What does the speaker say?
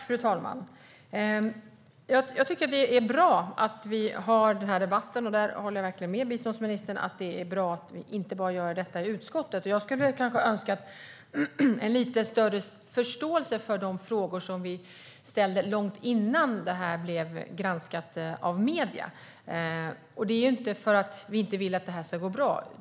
Fru talman! Jag tycker att det är bra att vi har den här debatten och håller verkligen med biståndsministern om att det är bra att vi inte har den bara i utskottet. Men jag skulle kanske önska en lite större förståelse för de frågor som vi ställde långt innan detta blev granskat av medierna. Det är ju inte för att vi inte vill att det här ska gå bra.